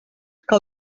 que